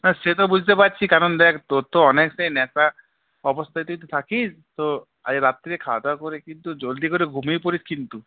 না সে তো বুঝতে পারছি কারণ দেখ তোর তো অনেক দিন একা অপ্রস্তুতিতে থাকিস তো আজ রাত্তিরে খাওয়া দাওয়া করে কিন্তু জলদি করে ঘুমিয়ে পড়িস কিন্তু